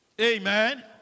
Amen